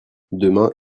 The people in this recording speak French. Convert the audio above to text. demain